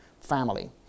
family